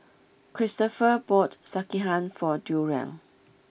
Cristopher bought Sekihan for Durell